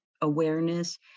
awareness